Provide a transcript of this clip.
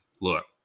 Look